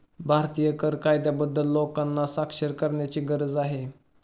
भारतीय कर कायद्याबद्दल लोकांना साक्षर करण्याची गरज आहे